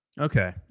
Okay